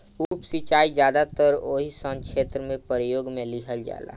उप सिंचाई ज्यादातर ओइ सन क्षेत्र में प्रयोग में लिहल जाला